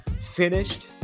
finished